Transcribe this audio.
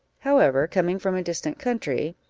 however, coming from a distant country,